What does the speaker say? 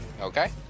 Okay